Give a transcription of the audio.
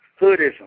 Hoodism